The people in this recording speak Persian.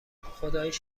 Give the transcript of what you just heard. خداییش